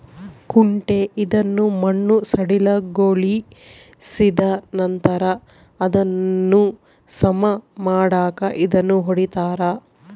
ಕುಂಟೆ ಇದನ್ನು ಮಣ್ಣು ಸಡಿಲಗೊಳಿಸಿದನಂತರ ಅದನ್ನು ಸಮ ಮಾಡಾಕ ಇದನ್ನು ಹೊಡಿತಾರ